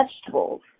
vegetables